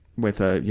with, ah, you